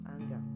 anger